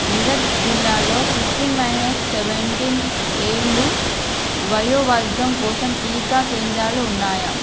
మీరట్ జిల్లాలో fifteen minus seventeen ఏళ్లు వయోవర్గం కోసం టీకా కేంద్రాలు ఉన్నాయా